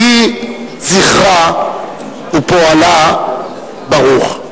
יהי זכרה ופועלה ברוך.